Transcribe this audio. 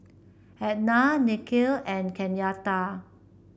Etna Nikhil and Kenyatta